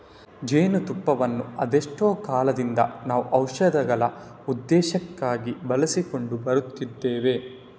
ಜೇನು ತುಪ್ಪವನ್ನ ಅದೆಷ್ಟೋ ಕಾಲದಿಂದ ನಾವು ಔಷಧಗಳ ಉದ್ದೇಶಕ್ಕಾಗಿ ಬಳಸಿಕೊಂಡು ಬರುತ್ತಿದ್ದೇವೆ